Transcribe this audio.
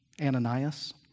Ananias